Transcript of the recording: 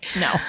No